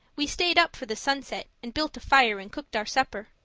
we stayed up for the sunset and built a fire and cooked our supper.